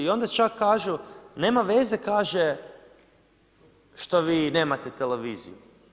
I onda čak kažu, nema veze kaže što vi nemate televiziju.